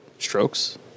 strokes